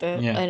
ya